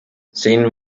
sin